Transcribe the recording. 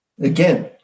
again